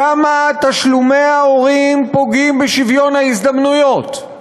כמה תשלומי ההורים פוגעים בשוויון ההזדמנויות,